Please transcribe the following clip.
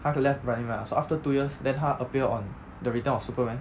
他 left running man mah then after two years then 他 appear on the return of superman